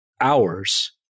hours